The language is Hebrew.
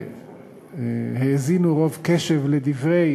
שהאזינו ברוב קשב לדברי